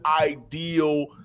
ideal